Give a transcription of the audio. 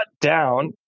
down